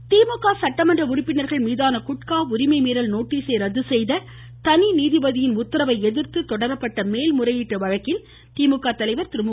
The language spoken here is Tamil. ம் ம் ம் ம் ம் ம ஸ்டாலின் திமுக சட்டமன்ற உறுப்பினர்கள் மீதான குட்கா உரிமை மீறல் நோட்டிஸை ரத்து செய்த தனி நீதிபதியின் உத்தரவை எதிர்த்து தொடரப்பட்ட மேல்முறையீட்டு வழக்கில் திமுக தலைவர் திரு மு